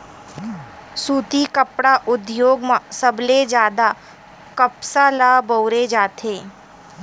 सुती कपड़ा उद्योग म सबले जादा कपसा ल बउरे जाथे